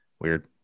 Weird